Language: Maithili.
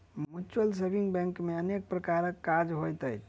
म्यूचुअल सेविंग बैंक मे अनेक प्रकारक काज होइत अछि